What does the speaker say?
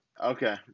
Okay